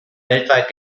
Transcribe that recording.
weltweit